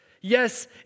Yes